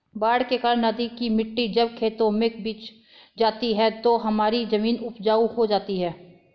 बाढ़ के कारण नदी की मिट्टी जब खेतों में बिछ जाती है तो हमारी जमीन उपजाऊ हो जाती है